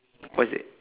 what's that